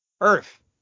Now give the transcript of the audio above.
earth